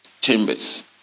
chambers